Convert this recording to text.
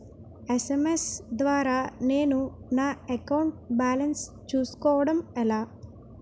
SMS ద్వారా నేను నా అకౌంట్ బాలన్స్ చూసుకోవడం ఎలా?